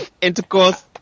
intercourse